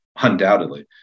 undoubtedly